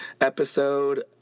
episode